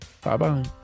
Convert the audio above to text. bye-bye